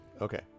Okay